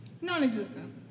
Non-existent